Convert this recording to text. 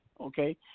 Okay